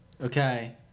Okay